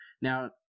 Now